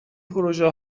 پروزه